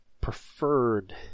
preferred